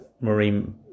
Marine